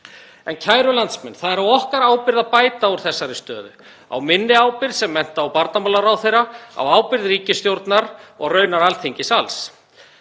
Kæru landsmenn. Það er á okkar ábyrgð að bæta úr þessari stöðu, á minni ábyrgð sem mennta- og barnamálaráðherra, á ábyrgð ríkisstjórnar og raunar Alþingis alls.